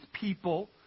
people